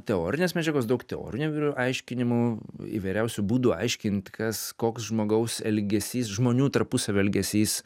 teorinės medžiagos daug teorinių aiškinimų įvairiausių būdų aiškint kas koks žmogaus elgesys žmonių tarpusavio elgesys